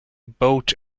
boat